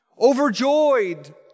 overjoyed